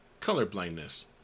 colorblindness